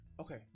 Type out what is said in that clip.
Okay